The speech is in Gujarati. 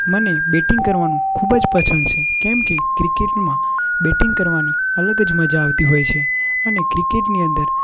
મને બેટિંગ કરવાનું ખૂબ જ પસંદ છે કેમકે ક્રિકેટમાં બેટિંગ કરવાની અલગ જ મજા આવતી હોય છે અને ક્રિકેટની અંદર